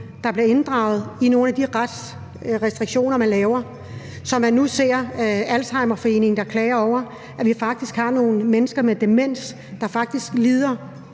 der bliver inddraget i nogle af de retsrestriktioner, man laver – som man nu ser Alzheimerforeningen, der klager over, at vi har nogle mennesker med demens, der faktisk lider